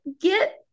get